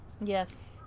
yes